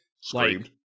Screamed